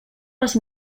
les